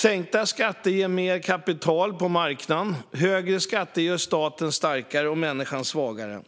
Sänkta skatter ger mer kapital på marknaden; högre skatter gör staten starkare och människan svagare.